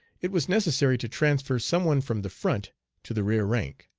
it was necessary to transfer some one from the front to the rear rank.